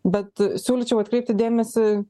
bet siūlyčiau atkreipti dėmesį